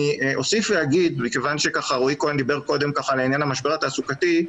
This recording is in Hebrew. אני אוסיף ואגיד מכיוון שרועי דיבר קודם לעניין המשבר התעסוקתי,